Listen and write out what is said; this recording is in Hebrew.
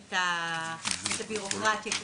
לוקמיה,